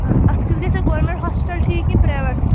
اَتھ کیُتھ گژھِ گورمِنٛٹ ہاسپٕٹل ٹھیٖک کِنہٕ پرٛیویٹ